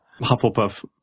Hufflepuff